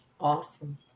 Awesome